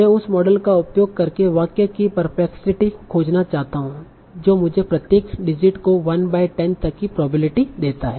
मैं उस मॉडल का उपयोग करके वाक्य की परप्लेक्सिटी खोजना चाहता हूं जो मुझे प्रत्येक डिजिट को 1 बाय 10 तक की प्रोबेबिलिटी देता है